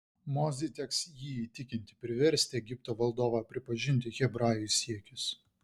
mozei teks jį įtikinti priversti egipto valdovą pripažinti hebrajų siekius